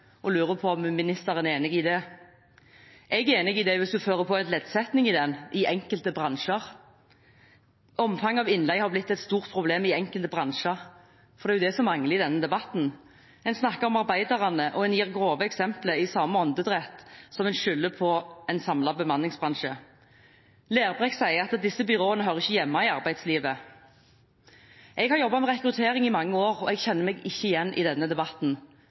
hun lurer på om arbeids- og sosialministeren er enig i det. Jeg er enig i det hvis en legger til leddet «i enkelte bransjer»: Omfanget av innleie har blitt et stort problem i enkelte bransjer. Det er det som mangler i denne debatten. En snakker om arbeiderne og gir i samme åndedrett grove eksempler som en skylder på en samlet bemanningsbransje. Representanten Lerbrekk sier at disse byråene ikke hører hjemme i arbeidslivet. Jeg har jobbet med rekruttering i mange år, og jeg kjenner meg ikke igjen i denne debatten.